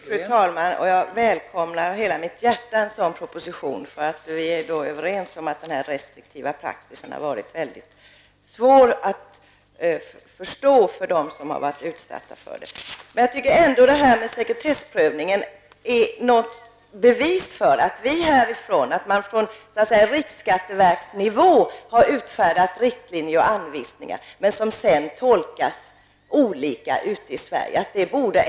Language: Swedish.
Fru talman! Jag välkomnar en sådan proposition av hela mitt hjärta. Vi är överens om att denna restriktiva praxis har varit mycket svår att förstå för dem som har varit utsatta för den. Jag tycker ändå att detta med sekretessprövningen är ett bevis för att man utifrån riksskatteverkets nivå har utfärdat riktlinjer och anvisningar som tolkas olika ute i Sverige.